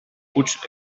huts